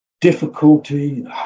difficulty